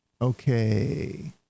okay